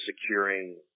securing